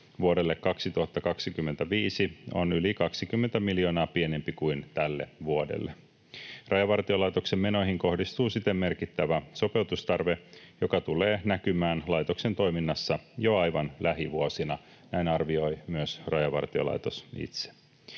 vuodelle 2025 on yli 20 miljoonaa pienempi kuin tälle vuodelle. Rajavartiolaitoksen menoihin kohdistuu siten merkittävä sopeutustarve, joka tulee näkymään laitoksen toiminnassa jo aivan lähivuosina. Näin arvioi myös Rajavartiolaitos itse.